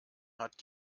hat